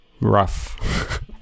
rough